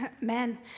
men